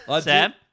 Sam